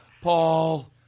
Paul